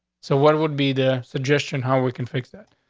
so what would be the suggestion? how we can fix that?